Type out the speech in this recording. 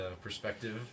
perspective